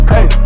Hey